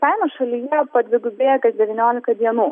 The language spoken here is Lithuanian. kainos šalyje padvigubėja kas devyniolika dienų